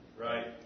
Right